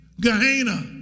Gehenna